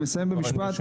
אני מסיים במשפט.